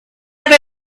have